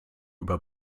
über